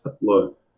Look